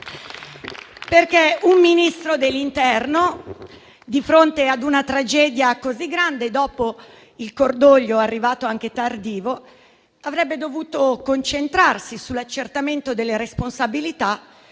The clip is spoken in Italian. un Ministro dell'interno, di fronte a una tragedia così grande, dopo il cordoglio arrivato anche tardivamente, avrebbe dovuto concentrarsi sull'accertamento delle responsabilità